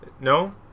no